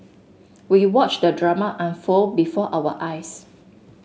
we watched the drama unfold before our eyes